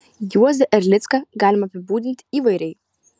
juozą erlicką galima apibūdinti įvairiai